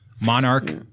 Monarch